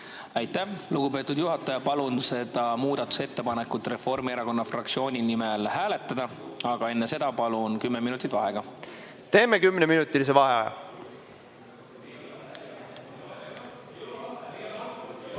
Aitäh, lugupeetud juhataja! Palun seda muudatusettepanekut Reformierakonna fraktsiooni nimel hääletada, aga enne seda palun kümme minutit vaheaega. Teeme kümneminutilise vaheaja.V